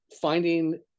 finding